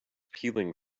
peeling